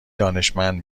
دانشمند